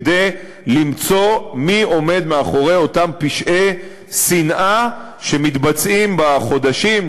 כדי למצוא מי עומד מאחורי אותם פשעי שנאה שמתבצעים בחודשים,